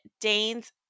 Dane's